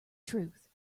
truth